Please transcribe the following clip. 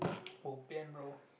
bobian bro